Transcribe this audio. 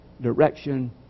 direction